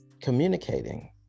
communicating